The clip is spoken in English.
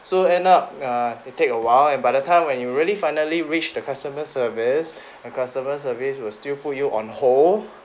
so end up uh it take a while and by the time when you really finally reached the customer service the customer service will still put you on hold